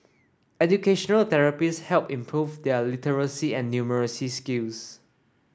educational therapists helped improve their literacy and numeracy skills